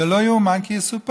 זה לא יאומן כי יסופר.